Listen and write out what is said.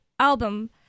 album